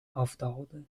afdaalde